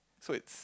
so it's